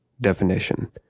Definition